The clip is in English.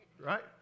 right